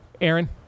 Aaron